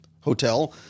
hotel